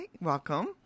Welcome